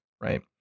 right